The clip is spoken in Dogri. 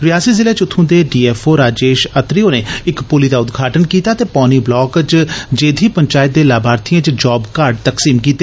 रियासी ज़िले च उत्थू दे D F O Rajesh Attri होरें इक पुली दा उद्घाटन कीता ते पौनी ब्लाक च जेघी पंचैत दे लाभार्थिए च जाब कार्ड तकसीम कीते